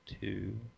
two